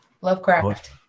Lovecraft